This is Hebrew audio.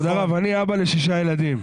כבוד הרב, אני אבא לשישה ילדים.